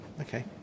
Okay